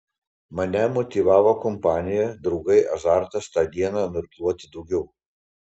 mane motyvavo kompanija draugai azartas tą dieną nuirkluoti daugiau